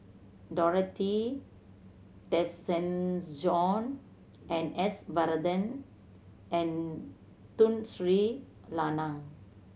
Dorothy Tessensohn and S Varathan and Tun Sri Lanang